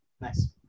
Nice